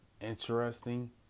interesting